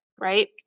right